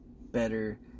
better